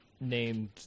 named